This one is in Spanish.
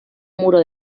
muro